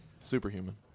Superhuman